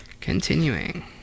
Continuing